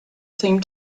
same